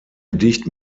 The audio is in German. gedicht